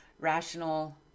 rational